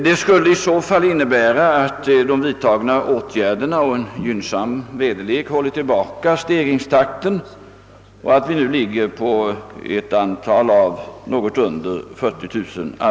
Detta skulle innebära att de vidtagna åtgärderna och en gynnsam väderlek har hållit tillbaka stegringstakten och att antalet arbetslösa ligger något under 40 000.